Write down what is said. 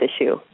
issue